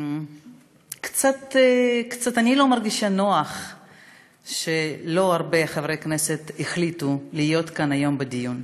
אני מרגישה קצת לא נוח שלא הרבה חברי כנסת החליטו להיות כאן היום בדיון,